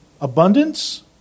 abundance